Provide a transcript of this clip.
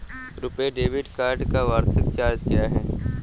RuPay debit card का वार्षिक charge क्या है?